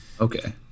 Okay